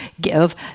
give